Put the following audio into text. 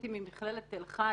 וסטודנטים ממכללת תל-חי